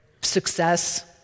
Success